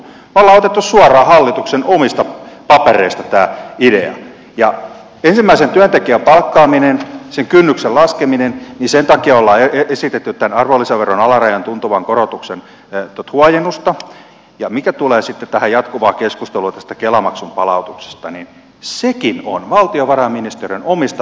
me olemme ottaneet suoraan hallituksen omista papereista tämän idean ja ensimmäisen työntekijän palkkaamisen kynnyksen laskemisen takia olemme esittäneet tämän arvonlisäveron alarajan tuntuvan korotuksen huojennusta ja mitä tulee sitten tähän jatkuvaan keskusteluun tästä kela maksun palautuksesta niin sekin on valtiovarainministeriön omista laskelmista otettu